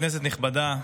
כנסת נכבדה,